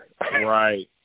Right